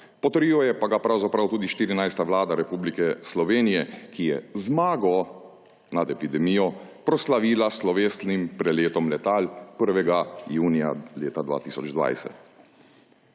Potrjuje pa ga tudi 14. vlada Republike Slovenije, ki je zmago nad epidemijo proslavila s slovesnim preletom letal 1. junija leta 2020.